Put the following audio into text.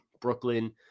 Brooklyn